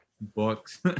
books